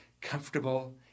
comfortable